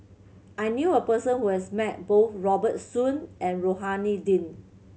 I knew a person who has met both Robert Soon and Rohani Din